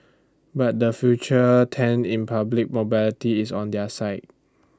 but the future tend in private mobility is on their side